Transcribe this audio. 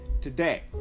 today